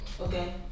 Okay